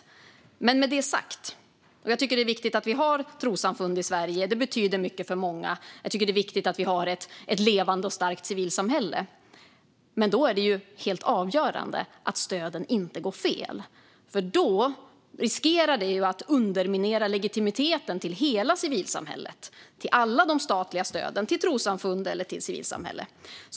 Jag tycker att det är viktigt att vi har trossamfund i Sverige. Det betyder mycket för många. Jag tycker att det är viktigt att vi har ett levande och starkt civilsamhälle. Men då är det ju helt avgörande att stöden inte går fel. Det riskerar att underminera legitimiteten för hela civilsamhället och för alla de statliga stöden till trossamfund eller civilsamhälle.